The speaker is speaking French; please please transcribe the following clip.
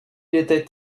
était